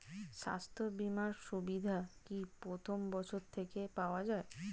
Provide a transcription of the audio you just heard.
স্বাস্থ্য বীমার সুবিধা কি প্রথম বছর থেকে পাওয়া যায়?